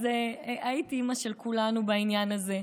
אז היית אימא של כולנו בעניין הזה.